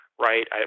right